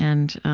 and